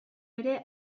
ere